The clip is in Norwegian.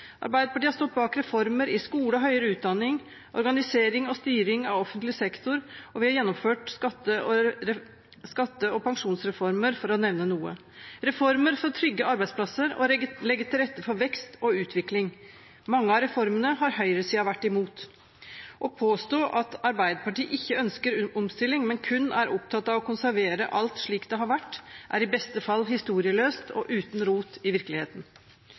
Arbeiderpartiet har stått bak reformer i skole og høyere utdanning, i organisering og styring av offentlig sektor, og vi har gjennomført skatte- og pensjonsreformer, for å nevne noe – reformer for å trygge arbeidsplasser og legge til rette for vekst og utvikling. Mange av reformene har høyresiden vært mot. Å påstå at Arbeiderpartiet ikke ønsker omstilling, men kun er opptatt av å konservere alt slik det har vært, er i beste fall historieløst og uten rot i virkeligheten.